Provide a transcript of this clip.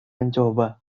mencoba